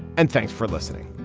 and thanks for listening